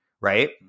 right